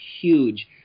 huge